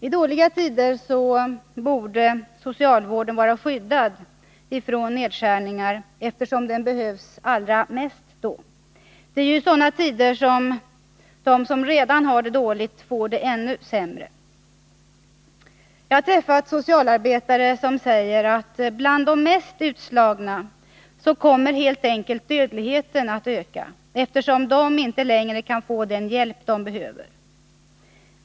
I dåliga tider borde socialvården vara skyddad från nedskärningar, eftersom den behövs allra mest då. Det är ju i sådana tider som de som redan har det dåligt får det ännu sämre. Jag har träffat socialarbetare som säger att bland de mest utslagna kommer helt enkelt dödligheten att öka, eftersom de inte längre kan få den hjälp de behöver.